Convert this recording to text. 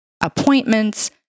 appointments